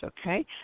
okay